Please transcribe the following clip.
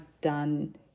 done